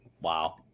Wow